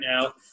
now